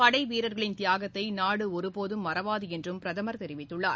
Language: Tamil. படைவீரர்களின் தியாகத்தை நாடு ஒருபோதும் மறவாது என்றும் பிரதமர் தெரிவித்துள்ளார்